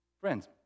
Friends